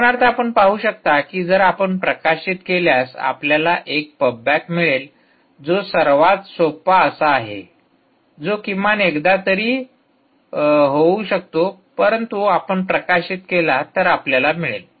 उदाहरणार्थ आपण पाहू शकता कि जर आपण प्रकाशित केल्यास आपल्याला एक पब बॅक मिळेल जो सर्वात सोपा असा आहे जो किमान एकदा तरी होऊ शकतो परंतु आपण प्रकाशित केला तर आपल्याला मिळेल